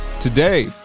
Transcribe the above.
Today